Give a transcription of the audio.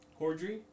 Cordry